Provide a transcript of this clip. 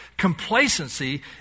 Complacency